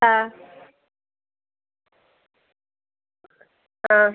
ആ ആ